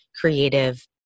creative